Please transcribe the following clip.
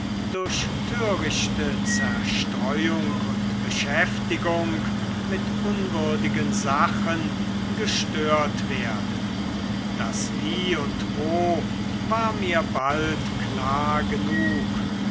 durch törichte zerstreuung und beschäftigung mit unwürdigen sachen gestört werde das wie und wo war mir bald klar genug